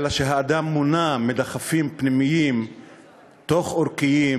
האדם מונע מדחפים פנימיים תוך-עורקיים,